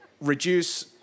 reduce